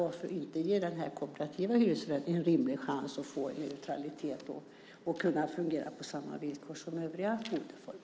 Varför då inte ge den kooperativa hyresrätten en rimlig chans att få neutralitet och kunna fungera på samma villkor som övriga boendeformer?